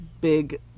big